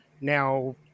now